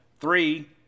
three